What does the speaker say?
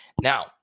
Now